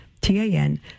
T-A-N